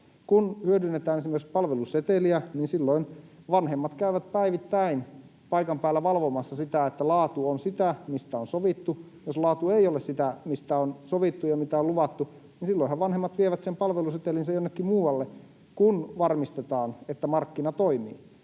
Kun hyödynnetään esimerkiksi palveluseteliä, silloin vanhemmat käyvät päivittäin paikan päällä valvomassa sitä, että laatu on sitä, mistä on sovittu. Jos laatu ei ole sitä, mistä on sovittu ja mitä on luvattu, niin silloinhan vanhemmat vievät sen palvelusetelinsä jonnekin muualle, kun varmistetaan, että markkina toimii.